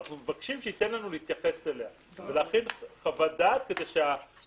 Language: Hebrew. אנחנו מבקשים שיינתן לנו להתייחס אליו ולהכין חוות דעת כדי שהגורמים,